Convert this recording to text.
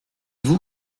vous